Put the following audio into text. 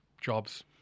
jobs